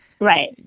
right